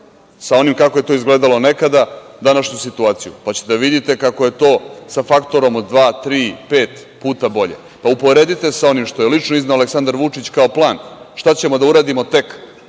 sa onim kako je to izgledalo nekada, pa ćete da vidite kako je to sa faktorom od 2, 3, 5 puta bolje. Uporedite sa onim što je lično izneo Aleksandar Vučić kao plan šta ćemo da uradimo tek